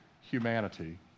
humanity